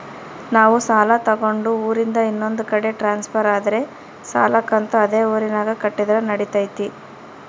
ನಾವು ಸಾಲ ತಗೊಂಡು ಊರಿಂದ ಇನ್ನೊಂದು ಕಡೆ ಟ್ರಾನ್ಸ್ಫರ್ ಆದರೆ ಸಾಲ ಕಂತು ಅದೇ ಊರಿನಾಗ ಕಟ್ಟಿದ್ರ ನಡಿತೈತಿ?